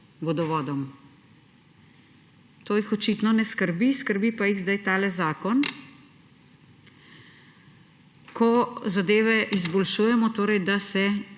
To jih očitno ne skrbi, skrbi pa jih zdaj tale zakon, ko zadeve izboljšujemo; torej, da se